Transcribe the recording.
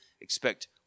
expect